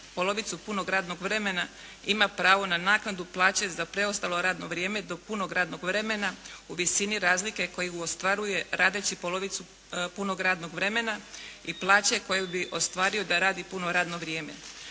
polovicu punog radnog vremena ima pravo na naknadu plaće za preostalo radno vrijeme do punog radnog vremena u visini razlike koju ostvaruje radeći polovicu punog radnog vremena i plaće koji bi ostvario da radi puno radno vrijeme.